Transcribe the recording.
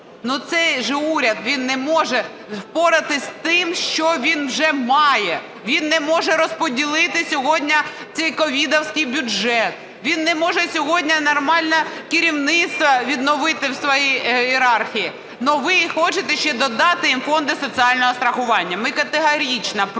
цей же уряд, він не може впоратись з тим, що він уже має. Він не може розподілити сьогодні цей ковідовський бюджет, він не може сьогодні нормально керівництво відновити у своїй ієрархії, ви хочете ще додати їм фонди соціального страхування. Ми категорично проти, тому що